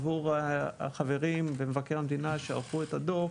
עבור החברים במשרד מבקר המדינה שערכו את הדוח,